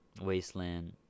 Wasteland